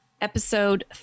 episode